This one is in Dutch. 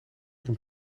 een